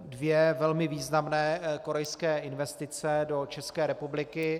dvě velmi významné korejské investice do České republiky.